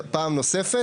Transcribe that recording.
פעם נוספת,